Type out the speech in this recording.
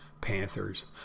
panthers